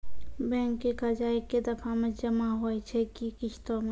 Bank के कर्जा ऐकै दफ़ा मे जमा होय छै कि किस्तो मे?